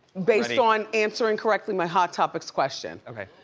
based on answering correctly my hot topics question. okay.